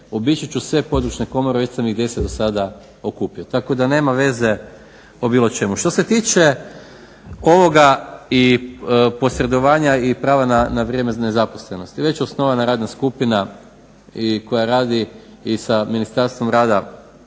obići ću sve područne komore, već sam ih 10 do sada okupio. Tako da nema veze o bilo čemu. Što se tiče ovoga i posredovanja i prava na vrijeme nezaposlenosti. Već je osnovana radna skupina i koja radi i sa Ministarstvom rada